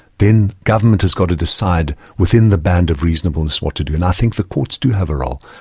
then government has got to decide within the band of reasonableness what to do, and i think the courts do have a role.